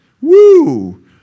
Woo